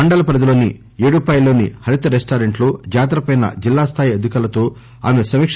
మండల పరిధిలోని ఏడుపాయల్లోని హరిత రెస్టారెంట్లో జాతరపై జిల్లా స్దాయి అధికారులతో సమీక